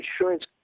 insurance